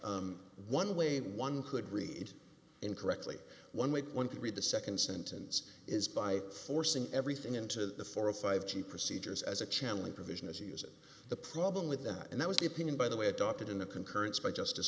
one way one could read in correctly one way one can read the second sentence is by forcing everything into the four or five g procedures as a channeling provision as you use it the problem with that and that was the opinion by the way adopted in a concurrence by justice